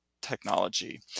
technology